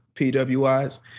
PWIs